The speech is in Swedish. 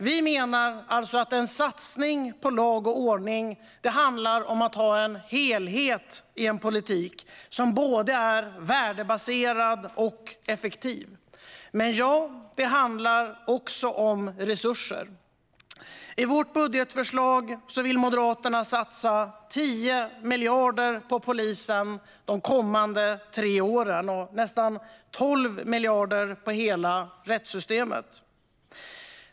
Vi menar att en satsning på lag och ordning handlar om att ha en helhet i en politik som är både värdebaserad och effektiv. Men ja, det handlar också om resurser. I vårt budgetförslag vill Moderaterna satsa 10 miljarder på polisen de kommande tre åren och nästan 12 miljarder på hela rättssystemet.